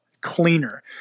cleaner